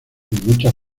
muchas